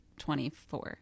24